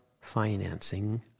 financing